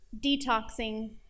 detoxing